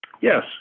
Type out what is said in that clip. yes